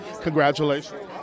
Congratulations